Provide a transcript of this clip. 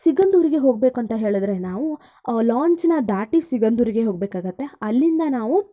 ಸಿಗಂದೂರಿಗೆ ಹೋಗಬೇಕಂತ ಹೇಳಿದ್ರೆ ನಾವು ಲಾಂಚ್ನ ದಾಟಿ ಸಿಗಂದೂರಿಗೆ ಹೋಗಬೇಕಾಗತ್ತೆ ಅಲ್ಲಿಂದ ನಾವು